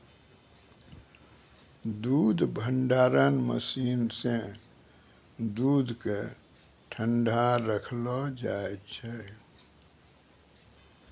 दूध भंडारण मसीन सें दूध क ठंडा रखलो जाय छै